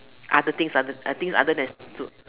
other things I think other than school